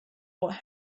what